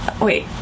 wait